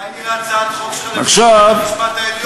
מתי נראה הצעת חוק שלך לביטול בית-המשפט העליון?